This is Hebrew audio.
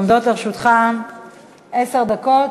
עומדות לרשותך עשר דקות.